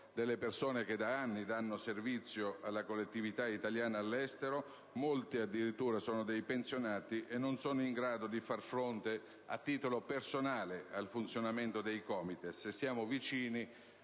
persone da anni al servizio delle collettività italiane all'estero, sono addirittura pensionati, e non sono in grado di far fronte a titolo personale al funzionamento dei COMITES. Siamo vicini